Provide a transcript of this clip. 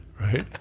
Right